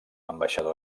ambaixador